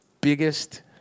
biggest